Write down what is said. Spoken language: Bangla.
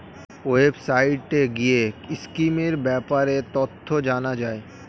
ওয়েবসাইটে গিয়ে স্কিমের ব্যাপারে তথ্য জানা যায়